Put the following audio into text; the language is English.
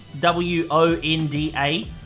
w-o-n-d-a